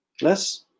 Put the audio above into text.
Less